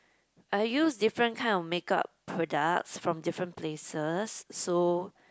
I use different kind of makeup products from different places so